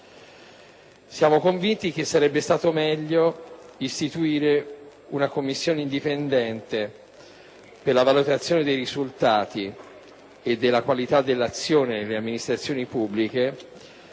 Siamo convinti che sarebbe stato meglio istituire una commissione indipendente per la valutazione dei risultati e della qualità dell'azione delle amministrazioni pubbliche